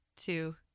two